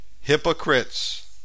hypocrites